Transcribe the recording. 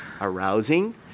arousing